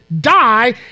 die